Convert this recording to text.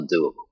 undoable